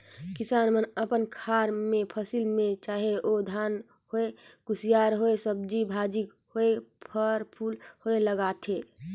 किसान मन अपन खार मे फसिल में चाहे ओ धान होए, कुसियार होए, सब्जी भाजी होए, फर फूल होए लगाथे